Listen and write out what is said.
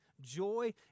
joy